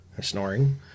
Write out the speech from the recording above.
snoring